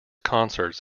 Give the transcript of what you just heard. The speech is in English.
concerts